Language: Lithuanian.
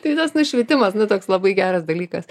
tai tas nušvitimas nu toks labai geras dalykas